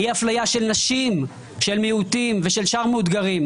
אי אפליה של נשים, של מיעוטים ושל מאותגרים,